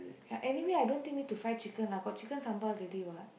ya anyway I don't think need to fry chicken lah got Chicken sambal ready what